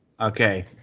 Okay